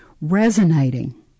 resonating